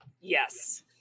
yes